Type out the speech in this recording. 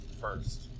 first